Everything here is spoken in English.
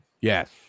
Yes